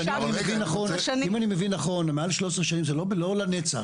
אם אני מבין נכון, מעל 13 שנים זה לא לנצח.